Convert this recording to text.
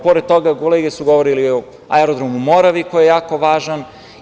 Pored toga, kolege su govorile i o aerodromu „Moravi“, koji je jako važan.